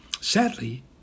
Sadly